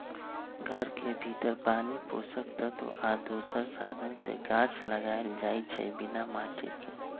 घर के भीतर पानी पोषक तत्व आ दोसर साधन से गाछ लगाएल जाइ छइ बिना माटिके